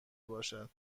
باشد